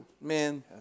Man